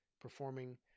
performing